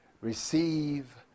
receive